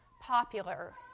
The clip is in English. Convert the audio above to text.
popular